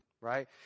right